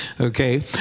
okay